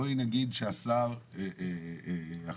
בואי נגיד ששר החקלאות.